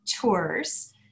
tours